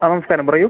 ആ നമസ്കാരം പറയൂ